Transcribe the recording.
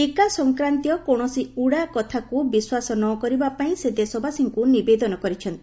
ଟିକା ସଂକ୍ରାନ୍ତୀୟ କୌଣସି ଉଡାକଥାକୁ ବିଶ୍ୱାସ ନକରିବା ପାଇଁ ସେ ଦେଶବାସୀଙ୍କୁ ନିବେଦନ କରିଛନ୍ତି